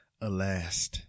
Alas